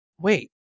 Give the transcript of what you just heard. wait